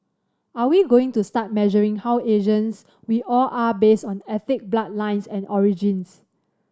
are we going to start measuring how Asians we all are based on ethnic bloodlines and origins